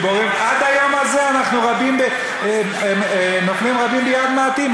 עד היום הזה נופלים רבים ביד מעטים.